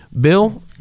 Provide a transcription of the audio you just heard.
Bill